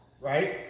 right